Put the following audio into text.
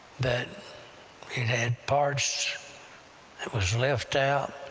that it had parts that was left out,